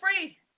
free